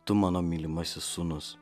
tu mano mylimasis sūnus